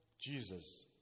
Jesus